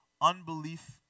Unbelief